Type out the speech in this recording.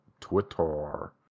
twitter